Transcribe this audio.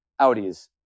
Audis